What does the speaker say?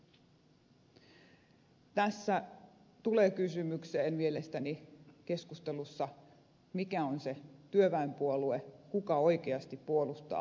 tässä keskustelussa tulee kysymykseen mielestäni se mikä on se työväenpuolue kuka oikeasti puolustaa työntekijöitä